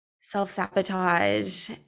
self-sabotage